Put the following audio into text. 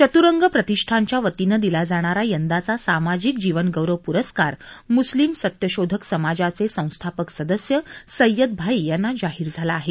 चत्रंग प्रतिष्ठानच्यावतीनं दिला जाणारा यंदाचा सामाजिक जीवनगौरव प्रस्कार म्स्लिम सत्यशोधक समाजाचे संस्थापक सदस्य सय्यदभाई यांना जाहीर झाला आहे